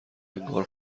انگار